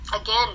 again